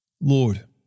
Lord